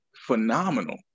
phenomenal